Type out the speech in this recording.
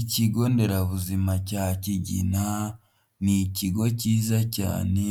Ikigo nderabuzima cya Kigina ni ikigo cyiza cyane